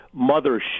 mothership